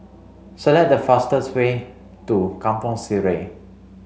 select the fastest way to Kampong Sireh